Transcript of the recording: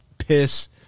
Piss